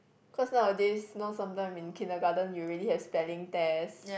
cause nowadays you know sometime in kindergarten you already have spelling test